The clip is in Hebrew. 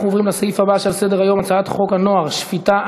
אנחנו עוברים לסעיף הבא שעל סדר-היום: הצעת חוק הנוער (שפיטה,